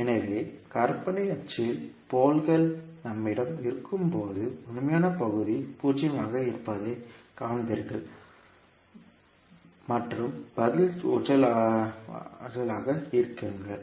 எனவே கற்பனை அச்சில் போல்கள் நம்மிடம் இருக்கும்போது உண்மையான பகுதி பூஜ்ஜியமாக இருப்பதைக் காண்பீர்கள் மற்றும் பதில் ஊசலாட்டமாக இருங்கள்